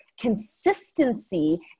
consistency